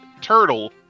turtle